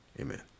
amen